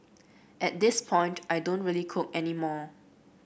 at this point I don't really cook any more